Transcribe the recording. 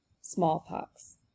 smallpox